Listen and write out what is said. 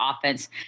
offense